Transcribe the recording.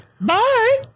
bye